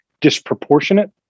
disproportionate